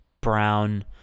brown